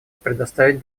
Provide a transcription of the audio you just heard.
предоставить